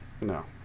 No